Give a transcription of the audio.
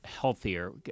healthier